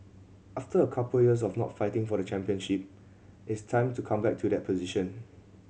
after a couple years of not fighting for the championship it's time to come back to that position